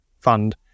fund